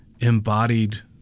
embodied